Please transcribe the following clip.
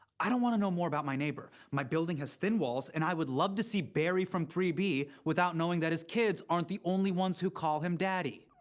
i don't want to know more about my neighbor. my building has thin walls, and i would love to see barry from three b without knowing that his kids aren't the only ones who call him daddy.